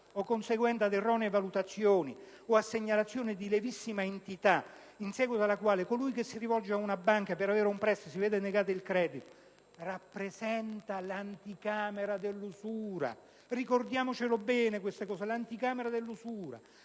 o conseguente ad erronee valutazioni o a segnalazioni di lievissima entità, in seguito alla quale colui che si rivolge ad una banca per avere un prestito si vede negare il credito, rappresenta l'anticamera dell'usura. Ricordiamocelo bene: l'anticamera dell'usura!